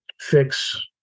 fix